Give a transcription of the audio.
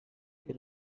que